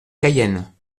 cayenne